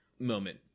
moment